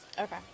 Okay